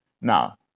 Now